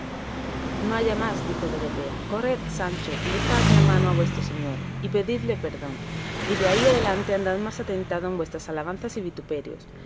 no haya más dijo dorotea corred sancho y besad la mano a vuestro señor y pedilde perdón y de aquí adelante andad más atentado en vuestras alabanzas y vituperios